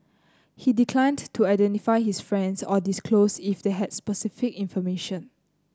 he declined to identify his friends or disclose if they had specific information